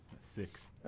Six